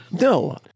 No